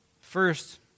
First